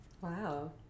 Wow